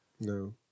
No